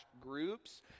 groups